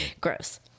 Gross